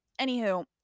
anywho